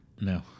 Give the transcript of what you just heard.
No